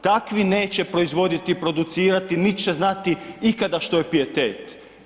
Takvi neće proizvoditi, producirati, niti će znati ikada što je pijetet.